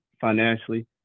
financially